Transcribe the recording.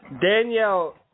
Danielle